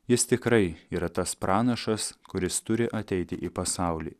jis tikrai yra tas pranašas kuris turi ateiti į pasaulį